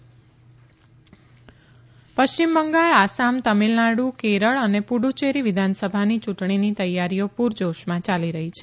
ચૂંટણી તૈયારી પશ્ચિમ બંગાળ આસામ તામિલનાડુ કેરળ અને પુફ્યેરી વિધાનસભાની યૂંટણીની તૈયારીઓ પૂરજોશમાં યાલી રહી છે